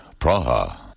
Praha